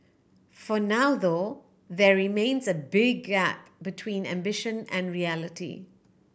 for now though there remains a big gap between ambition and reality